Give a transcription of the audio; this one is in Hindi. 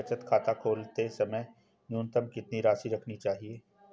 बचत खाता खोलते समय न्यूनतम कितनी राशि रखनी चाहिए?